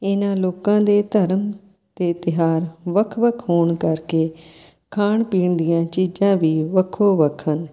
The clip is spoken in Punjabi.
ਇਹਨਾਂ ਲੋਕਾਂ ਦੇ ਧਰਮ ਅਤੇ ਤਿਉਹਾਰ ਵੱਖ ਵੱਖ ਹੋਣ ਕਰਕੇ ਖਾਣ ਪੀਣ ਦੀਆਂ ਚੀਜ਼ਾਂ ਵੀ ਵੱਖੋ ਵੱਖ ਹਨ